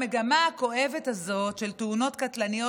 המגמה הכואבת הזאת של תאונות קטלניות